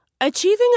Achieving